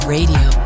Radio